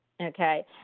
Okay